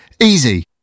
Easy